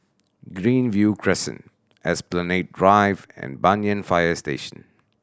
Greenview Crescent Esplanade Drive and Banyan Fire Station